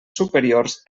superiors